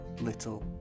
Little